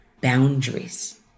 boundaries